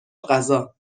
غذا